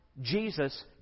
Jesus